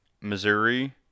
Missouri